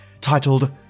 titled